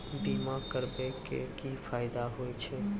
बीमा करबै के की फायदा होय छै?